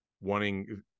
wanting